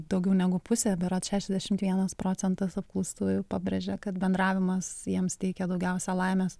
daugiau negu pusė berods šešiasdešimt vienas procentas apklaustųjų pabrėžė kad bendravimas jiems teikia daugiausia laimės